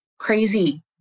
crazy